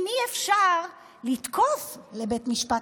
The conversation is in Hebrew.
אם אי-אפשר לתקוף לבית משפט,